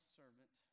servant